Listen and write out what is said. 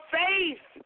faith